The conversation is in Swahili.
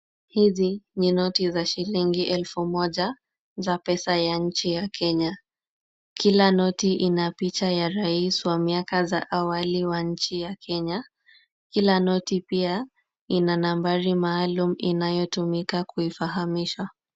Hizi ni noti za shilingi elfu moja ya pesa za nchi ya Kenya. Kila noti ina picha ya rais wa miaka za awali wa nchi ya Kenya. Kila noti pia ina nambari maalum inayotumika kuifahamisha.